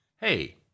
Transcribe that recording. Hey